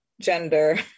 gender